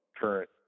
current